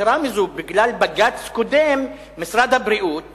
יתירה מזאת, בגלל בג"ץ קודם משרד הבריאות